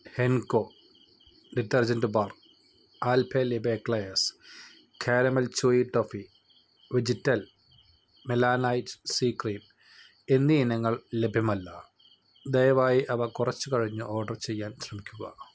Henko detergent bar Alpenliebe eclairs caramel chewy toffee വെജിറ്റൽ മെലാനൈറ്റ് C cream എന്നീ ഇനങ്ങൾ ലഭ്യമല്ല ദയവായി അവ കുറച്ചു കഴിഞ്ഞു ഓർഡർ ചെയ്യാൻ ശ്രമിക്കുക